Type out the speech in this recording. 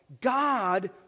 God